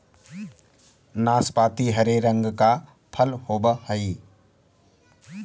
नाशपाती हरे रंग का फल होवअ हई